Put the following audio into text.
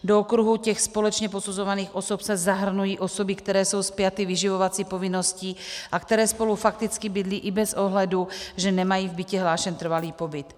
Do okruhu těch společně posuzovaných osob se zahrnují osoby, které jsou spjaty vyživovací povinností a které spolu fakticky bydlí i bez ohledu, že nemají v bytě hlášen trvalý pobyt.